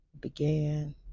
began